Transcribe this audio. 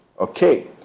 Okay